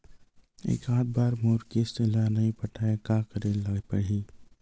एकात बार मोर किस्त ला नई पटाय का करे ला पड़ही?